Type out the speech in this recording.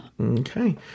Okay